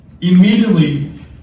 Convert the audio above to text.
immediately